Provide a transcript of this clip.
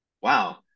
wow